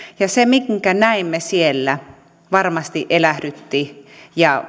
se minkä näimme siellä varmasti elähdytti meitä ja